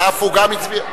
עפו גם הצביע.